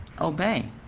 Obey